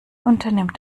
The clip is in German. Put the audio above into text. unternimmt